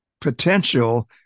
potential